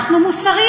נו?